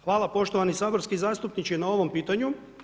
Hvala poštovani saborski zastupniče na ovom pitanju.